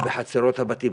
בחצרות הבתים,